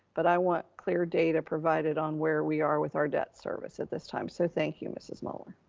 but i want clear data provided on where we are with our debt service at this time. so thank you mrs. muller.